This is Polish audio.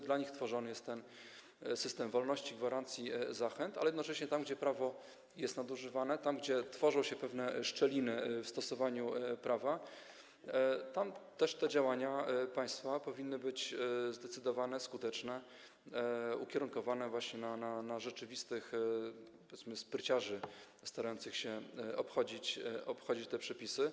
Dla nich tworzony jest ten system wolności, gwarancji, zachęt, ale jednocześnie tam, gdzie prawo jest nadużywane, gdzie tworzą się pewne szczeliny w stosowaniu prawa, te działania państwa powinny być zdecydowane, skuteczne, ukierunkowane właśnie na rzeczywistych, powiedzmy, spryciarzy starających się obchodzić te przepisy.